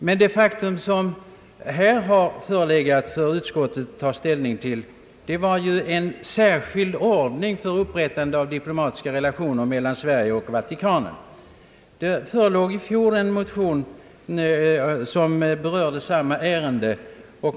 Men den fråga som här förelegat för utskottet att ta ställning till var en särskild ordning för upprättande av diplomatiska förbindelser mellan Sverige och Vatikanstaten. Det förelåg i fjol en motion som berörde samma ärende.